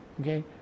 Okay